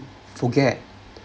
forget